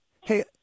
Hey